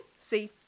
See